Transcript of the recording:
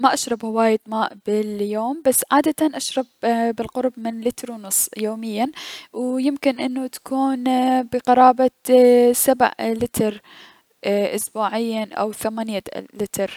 ما اشرب هواية ماء ب اليوم بس عادتا اشرب لالقرب من لتر و نص تقريبا يوميا و يمكن انو تكون بقرابة سيع لتر اسبوعيا او ثمان لتلر.